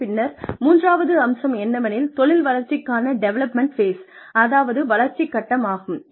அதன் பின்னர் மூன்றாவது அம்சம் என்னவெனில் தொழில் வளர்ச்சிக்கான டெவலப்மெண்ட் ஃபேஸ் அதாவது வளர்ச்சி கட்டம் ஆகும்